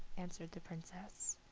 answered the princess.